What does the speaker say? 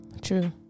True